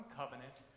covenant